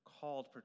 called